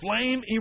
flame